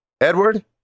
Edward